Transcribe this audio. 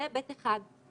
זה היבט אחד.